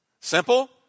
Simple